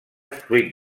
fruit